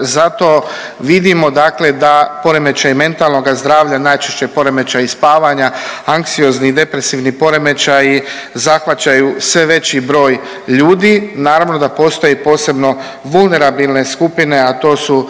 zato vidimo dakle da poremećaji mentalnoga zdravlja, najčešće poremećaji spavanja, anksiozni i depresivni poremećaji zahvaćaju sve veći broj ljudi. Naravno da postoje posebno vulnerabilne skupine, a to su